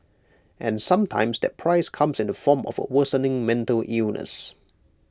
and sometimes that price comes in the form of A worsening mental illness